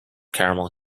caramel